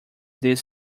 these